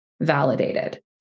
validated